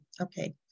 Okay